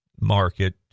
market